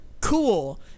cool